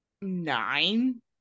nine